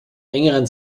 engeren